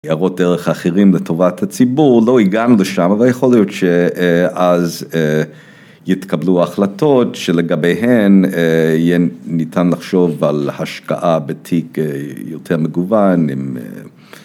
ניירות ערך האחרים לטובת הציבור, לא הגענו לשם, אבל יכול להיות שאז יתקבלו ההחלטות שלגביהן יהיה ניתן לחשוב על השקעה בתיק יותר מגוון אם אהה